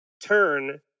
turn